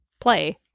play